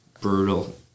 brutal